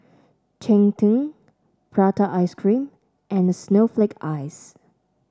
Cheng Tng Prata Ice Cream and Snowflake Ice